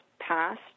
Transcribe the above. passed